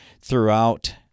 throughout